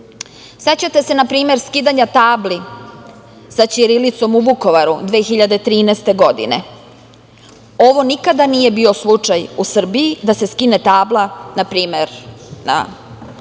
se, na primer, skidanja tabli sa ćirilicom u Vukovaru 2013. godine? Ovo nikada nije bio slučaj u Srbiji da se skine tabla, na primer, na